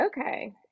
Okay